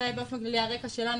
זה באופן כללי הרקע שלנו.